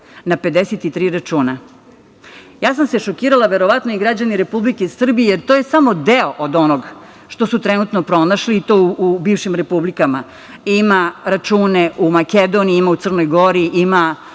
na 53 računa. Ja sam se šokirala, verovatno i građani Republike Srbije, to je samo deo od onog što su trenutno pronašli i to u bivšim republikama. Ima račune u Makedoniji, ima u Crnoj Gori, ima